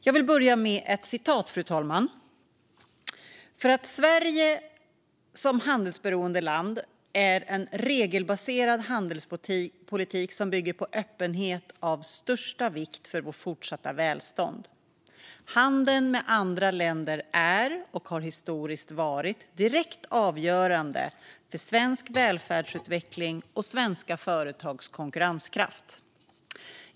Jag ska inleda med ett citat, fru talman: "För Sverige som handelsberoende land är en regelbaserad handelspolitik som bygger på öppenhet av yttersta vikt för vårt fortsatta välstånd. Handeln med andra länder är, och har historiskt varit, direkt avgörande för svensk välfärdsutveckling och svenska företags konkurrenskraft.